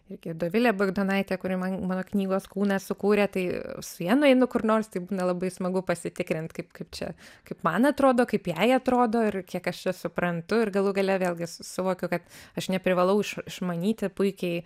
irgi dovilė bagdonaitė kuri man mano knygos kūną sukūrė tai su ja nueinu kur nors tai būna labai smagu pasitikrint kaip kaip čia kaip man atrodo kaip jai atrodo ir kiek aš čia suprantu ir galų gale vėlgi suvokiu kad aš neprivalau iš išmanyti puikiai